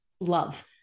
love